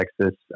texas